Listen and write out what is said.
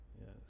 Yes